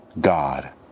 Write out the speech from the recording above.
God